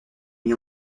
mis